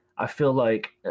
i feel like,